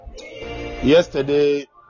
Yesterday